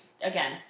again